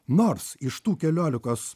nors iš tų keliolikos